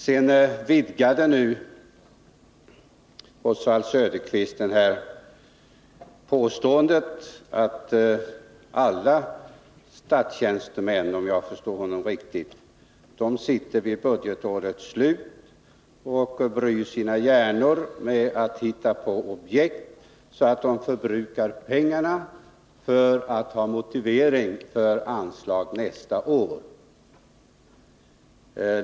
Sedan vidgar Oswald Söderqvist sitt påstående och säger att alla statstjänstemän, om jag förstod honom riktigt, sitter vid budgetårets slut och bryr sina hjärnor med att hitta på objekt, så att de förbrukar pengarna, för att ha motivering för anslag nästa år.